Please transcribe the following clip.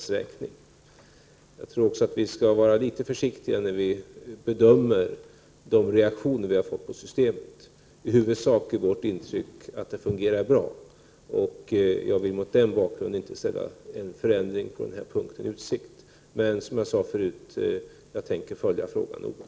Jag tror också att vi skall vara försiktiga när vi bedömer de reaktioner på systemet som har kommit. Vårt intryck är att det i huvudsak fungerar bra. Mot den bakgrunden vill jag inte ställa en förändring på den aktuella punkten i utsikt. Men jag kommer, som jag sade förut, att noggrant följa utvecklingen.